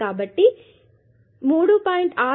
కాబట్టి ఇప్పుడు ఈ చిత్రంలో 3